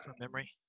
memory